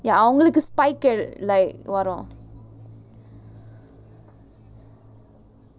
ya அவங்களுக்கு:avangalukku spike கல்:kal like வரும்:varum